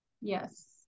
yes